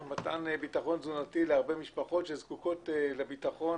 מתן ביטחון תזונתי להרבה משפחות שזקוקות לביטחון